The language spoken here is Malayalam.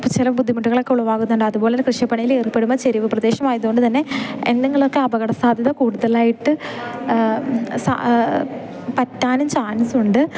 അപ്പം ചില ബുദ്ധിമുട്ടുകളൊക്കെ ഉളവാകുന്നുണ്ട് അതുപോലെ തന്നെ കൃഷിപ്പണിയിലേർപ്പെടുമ്പോൾ ചെരിവ് പ്രദേശമായതുകൊണ്ട് തന്നെ എന്തെങ്കിലും ഒക്കെ അപകട സാധ്യത കൂടുതലായിട്ട് സാ പറ്റാനും ചാൻസുണ്ട്